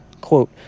Quote